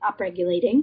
upregulating